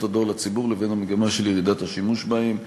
הדואר לציבור לבין המגמה של ירידת השימוש בהן.